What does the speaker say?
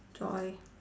joy